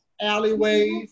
alleyways